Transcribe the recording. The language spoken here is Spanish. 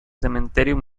cementerio